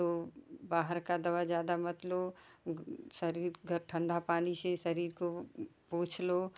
तो बाहर का दवा ज्यादा मत लो शरीर का ठंडा पानी से शरीर को पोंछ लो